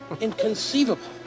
Inconceivable